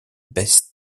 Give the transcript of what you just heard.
best